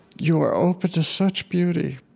you are open to such beauty.